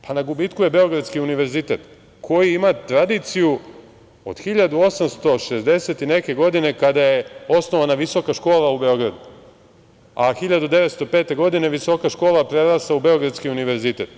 Pa, na gubitku je Beogradski univerzitet koji ima tradiciju od 1860. i neke godine kada je osnovana Visoka škola u Beogradu, a 1905. godine Visoka škola prerasta u Beogradski univerzitet.